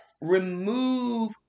remove